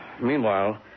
Meanwhile